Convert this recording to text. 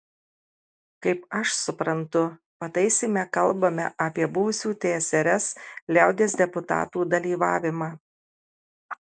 kaip aš suprantu pataisyme kalbame apie buvusių tsrs liaudies deputatų dalyvavimą